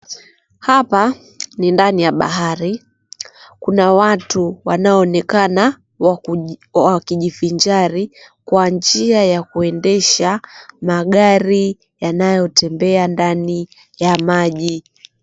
Hapa, ni ndani ya bahari. Kuna watu wanaoonekana waki wakijivinjari kwa njia ya kuendesha magari yanayotembea ndani ya maji.